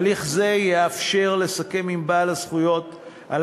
הליך זה יאפשר לסכם עם בעל הזכויות על